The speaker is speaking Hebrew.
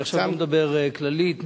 אני עכשיו לא מדבר כללית,